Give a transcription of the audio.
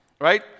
right